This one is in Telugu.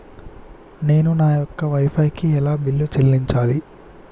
నేను నా యొక్క వై ఫై కి ఎలా బిల్లు చెల్లించాలి?